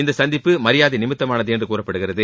இந்த சந்திப்பு மரியாதை நிமித்தமானது என்று கூறப்படுகிறது